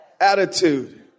attitude